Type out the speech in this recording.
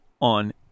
on